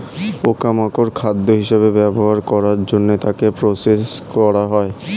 পোকা মাকড় খাদ্য হিসেবে ব্যবহার করার জন্য তাকে প্রসেস করা হয়